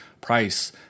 price